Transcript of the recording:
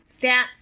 stats